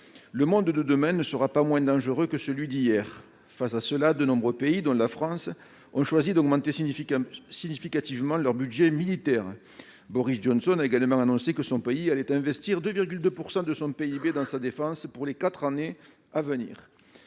Le monde de demain ne sera pas moins dangereux que celui d'hier. Face à cela, de nombreux pays, dont la France, ont choisi d'augmenter significativement leur budget militaire. Boris Johnson a également annoncé que son pays allait investir 2,2 % de son PIB dans sa défense pour les quatre années à venir.